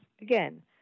again